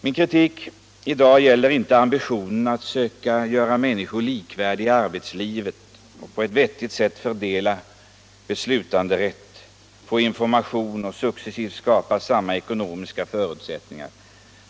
Min kritik i dag gäller inte ambitionen att söka göra människor likvärdiga i arbetslivet och på ett vettigt sätt fördela beslutanderätt, få information och successivt skapa samma ekonomiska förutsättningar.